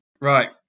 Right